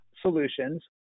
solutions